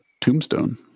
tombstone